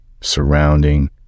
surrounding